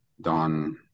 Don